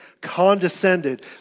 condescended